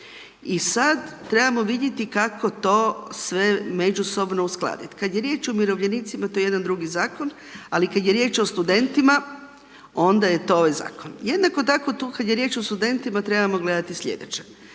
I sad trebamo vidjeti kako to sve međusobno uskladiti. Kada je riječ o umirovljenicima to je jedan drugi zakon, ali kada je riječ o studentima onda je to ovaj zakon. Jednako tako tu kada je riječ o studentima trebamo gledati sljedeće